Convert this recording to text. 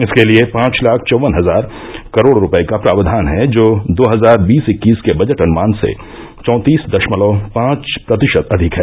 इसके लिए पांच लाख चौवन हजार करोड़ रुपये का प्रावधान है जो दो हजार बीस इक्कीस के बजट अनुमान से चौंतीस दशमलव पांच प्रतिशत अधिक है